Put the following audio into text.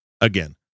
Again